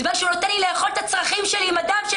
בזמן שהוא נותן לי לאכול את הצרכים שלי עם הדם שלי,